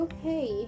Okay